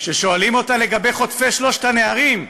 כששואלים אותה לגבי חוטפי שלושת הנערים: